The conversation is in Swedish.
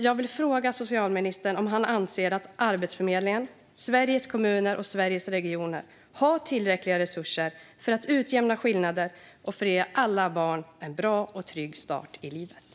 Jag vill fråga socialministern om han anser att Arbetsförmedlingen, Sveriges kommuner och Sveriges regioner har tillräckliga resurser för att utjämna skillnader och för att ge alla barn en bra och trygg start i livet.